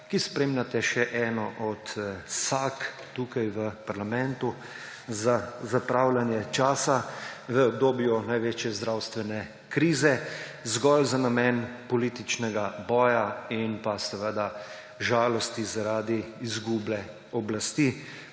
ki spremljate še eno od sag tukaj v parlamentu za zapravljanje časa v obdobju največje zdravstvene krize zgolj za namen političnega boja in seveda žalosti zaradi izgube oblasti